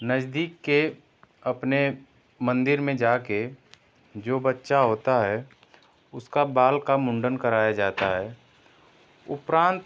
नज़दीक के अपने मंदिर में जा कर जो बच्चा होता है उसका बाल का मुंडन कराया जाता है उपरांत